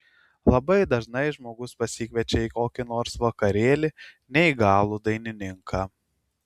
labai dažnai žmogus pasikviečia į kokį nors vakarėlį neįgalų dainininką